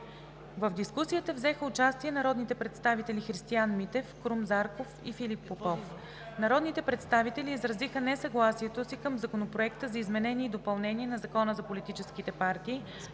В дискусията взеха участие народните представители Христиан Митев, Крум Зарков и Филип Попов. Народните представители изразиха несъгласието си със Законопроект за изменение и допълнение на Закона за политическите партии,